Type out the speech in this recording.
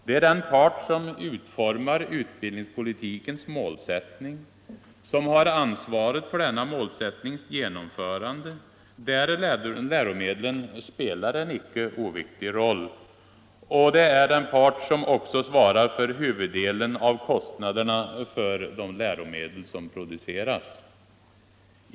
Det är den part som utformar utbildningspolitikens målsättning som har ansvaret för denna målsättnings genomförande — där läromedlen spelar en icke oviktig roll — och som också svarar för huvuddelen av kostnaderna för de läromedel som produceras.